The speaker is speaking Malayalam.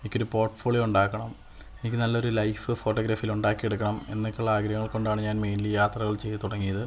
എനിക്കൊരു പോർട്ട് ഫോളിയോ ഉണ്ടാക്കണം എനിക്ക് നല്ലൊരു ലൈഫ് ഫോട്ടോഗ്രാഫിയില് ഉണ്ടാക്കിയെടുക്കണം എന്നൊക്കെയുള്ള ആഗ്രഹങ്ങള് കൊണ്ടാണ് ഞാന് മെയിന്ലി യാത്രകള് ചെയ്ത് തുടങ്ങിയത്